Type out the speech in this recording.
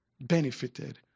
benefited